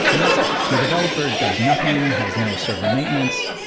and that's it. the developer does nothing. has no server maintenance.